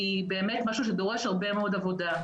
היא באמת משהו שדורש הרבה מאוד עבודה.